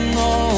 no